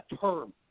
term